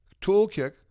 toolkit